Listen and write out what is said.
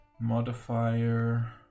Modifier